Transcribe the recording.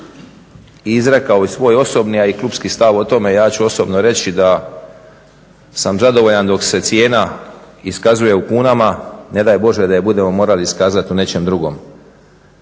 i izrekao i svoj osobni, a i klubski stav o tome. Ja ću osobno reći da sam zadovoljan dok se cijena iskazuje u kunama. Ne daj Bože da je budemo morali iskazati u nečem drugom.